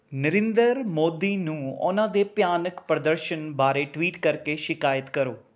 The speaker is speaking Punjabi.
ਨਰਿੰਦਰ ਮੋਦੀ ਨੂੰ ਉਹਨਾਂ ਦੇ ਭਿਆਨਕ ਪ੍ਰਦਰਸ਼ਨ ਬਾਰੇ ਟਵੀਟ ਕਰਕੇ ਸ਼ਿਕਾਇਤ ਕਰੋ